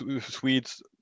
swedes